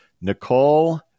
Nicole